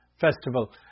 Festival